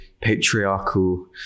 patriarchal